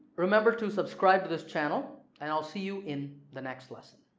remember to subscribe to this channel and i'll see you in the next lesson.